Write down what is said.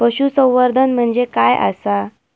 पशुसंवर्धन म्हणजे काय आसा?